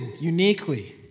uniquely